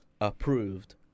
approved